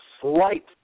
slight